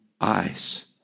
eyes